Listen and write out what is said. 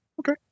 Okay